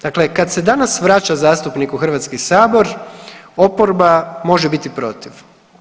Dakle, kad se danas vraća zastupnik u Hrvatski sabor oporba može biti protiv.